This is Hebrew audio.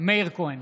מאיר כהן,